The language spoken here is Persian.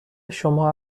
شما